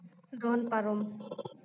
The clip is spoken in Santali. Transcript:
ᱫᱚᱱ ᱯᱟᱨᱚᱢ